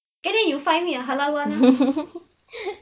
then you find me a halal [one] lah